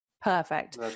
Perfect